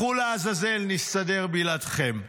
לכו לעזאזל, נסתדר בלעדיכם.